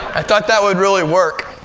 i thought that would really work,